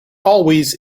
always